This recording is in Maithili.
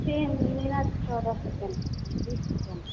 तीन मिनट चौदह सेकेण्ड बीस सेकेण्ड हो गया